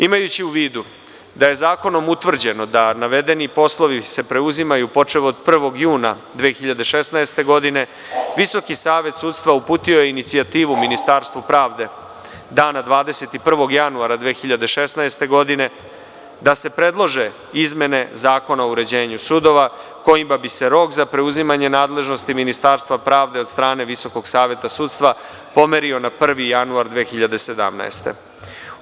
Imajući u vidu da je Zakonom utvrđeno da navedeni poslovi se preuzimaju počev od 1. juna 2016. godine, Visoki savet sudstva uputio je inicijativu Ministarstvu pravde, dana 21. januara 2016. godine, da se predlože izmene Zakona o uređenju sudova, kojima bi se rok za preuzimanje nadležnosti Ministarstva pravde, od strane Visokog saveta sudstva, pomerio na 1. januar 2017. godine.